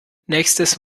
nächstes